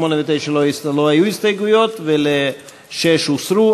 8 ו-9 לא היו הסתייגויות ול-6 הוסרו,